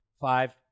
Five